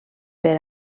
per